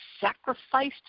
sacrificed